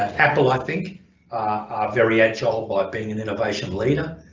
apple i think are very agile by being an innovation leader